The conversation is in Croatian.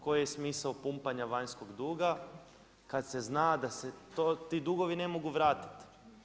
Koji je smisao pumpanja vanjskog duga kada se zna da se ti dugovi ne mogu vratiti?